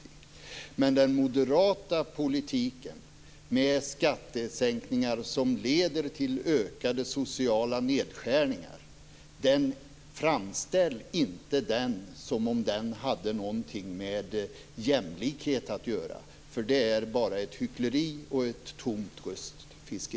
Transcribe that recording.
Men framställ inte den moderata politiken, med skattesänkningar som leder till ökade sociala nedskärningar, som om den hade någonting med jämlikhet att göra! Det är bara hyckleri och ett tomt röstfiske.